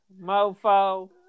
mofo